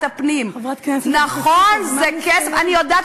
אני רוצה